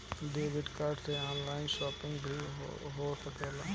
debit card से online shopping भी हो सकत हवे